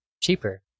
cheaper